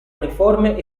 uniforme